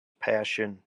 passion